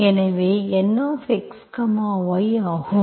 எனவே Nxy ஆகும்